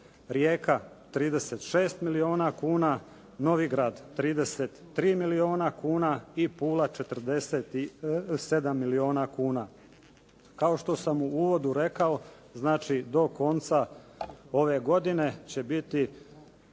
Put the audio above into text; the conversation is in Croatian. Rijeka 36 milijuna kuna, Novigrad 33 milijuna kuna i Pula 47 milijuna kuna. Kao što sam u uvodu rekao znači do konca ove godine će biti